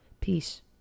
Peace